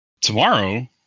Tomorrow